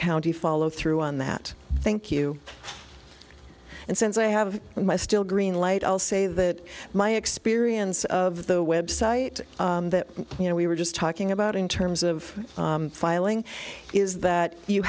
county follow through on that thank you and since i have my still green light i'll say that my experience of the website that you know we were just talking about in terms of filing is that you